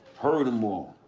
heard em all.